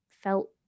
felt